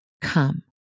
come